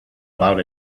about